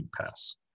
pass